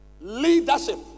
Leadership